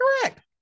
Correct